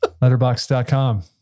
Letterbox.com